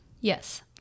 Yes